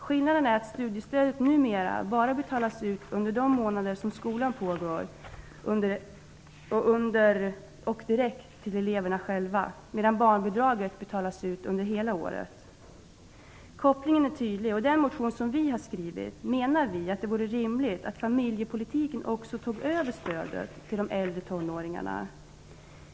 Skillnaden är att studiestödet numera bara betalas ut under de månader då skolan pågår och direkt till eleverna själva medan barnbidraget betalas ut under hela året. Kopplingen är tydlig. I den motion som vi har skrivit menar vi att det vore rimligt att familjepolitiken tog över stödet till de äldre tonåringarna.